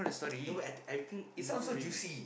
no wait I I think remember already